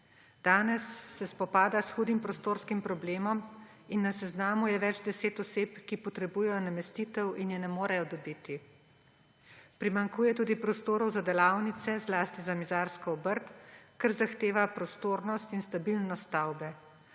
Danes se spopada s hudim prostorskim problemom in na seznamu je več deset oseb, ki potrebujejo namestitev in je ne morejo dobiti. Primanjkuje tudi prostorov za delavnice, zlasti za mizarsko obrt, kar zahteva prostornost in stabilnost stavbe.